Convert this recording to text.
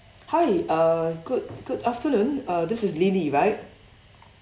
hi uh good good afternoon uh this is lily right